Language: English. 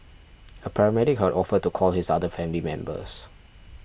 a paramedic had offered to call his other family members